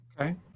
Okay